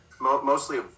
mostly